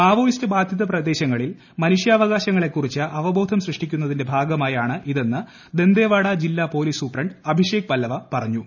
Maoist ബാധിത പ്രദേശങ്ങളിൽ മനുഷ്യാവകാശങ്ങളെക്കുറിച്ച് അവബോധം സൃഷ്ടിക്കുന്നതിന്റെ ഭാഗമായാണ് ഇതെന്ന് ദന്തേവാഡ ജില്ലാ പോലീസ് സൂപ്രണ്ട് അഭിഷേക് പല്ലവ പറഞ്ഞു